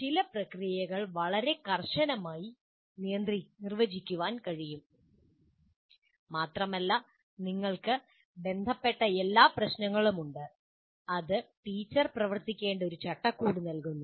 ചില പ്രക്രിയകൾ വളരെ കർശനമായി നിർവചിക്കാൻ കഴിയും മാത്രമല്ല നിങ്ങൾക്ക് ബന്ധപ്പെട്ട എല്ലാ പ്രശ്നങ്ങളും ഉണ്ട് അത് ടീച്ചർ പ്രവർത്തിക്കേണ്ട ഒരു ചട്ടക്കൂട് നൽകുന്നു